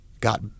got